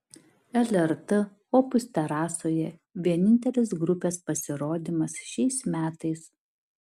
lrt opus terasoje vienintelis grupės pasirodymas šiais metais